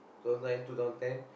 two thousand nine two thousand ten